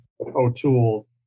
O'Toole